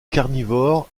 carnivores